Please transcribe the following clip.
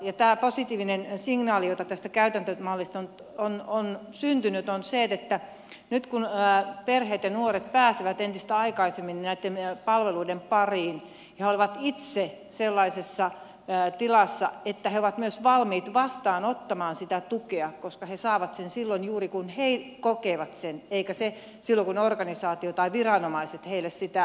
tämä positiivinen signaali joka tästä käytäntömallista on syntynyt on se että nyt kun perheet ja nuoret pääsevät entistä aikaisemmin näitten palveluiden pariin he ovat itse sellaisessa tilassa että he ovat myös valmiit vastaanottamaan sitä tukea koska he saavat sen silloin juuri kun he kokevat eikä silloin kun organisaatio tai viranomaiset heille sitä antavat